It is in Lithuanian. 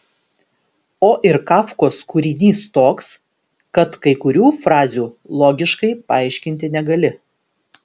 o ir kafkos kūrinys toks kad kai kurių frazių logiškai paaiškinti negali